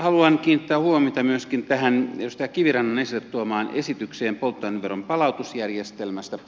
haluan kiinnittää huomiota myöskin tähän edustaja kivirannan esille tuomaan esitykseen polttoaineveron palautusjärjestelmästä